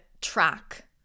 track